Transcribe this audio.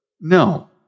no